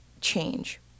change